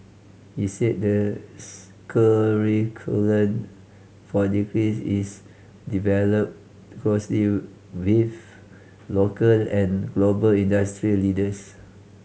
he said the curriculum for degrees is developed closely with local and global industry leaders